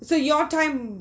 so your time